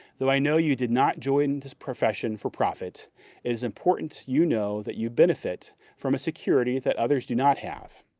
though i know you did not join this profession for profit, it is important you know that you benefit from a security that others do not have,